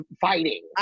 fighting